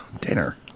Dinner